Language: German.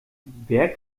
wer